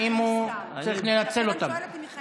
האם הוא צריך לנצל אותן?